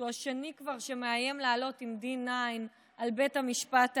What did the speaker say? שהוא כבר השני שמאיים לעלות עם D9 על בית המשפט העליון.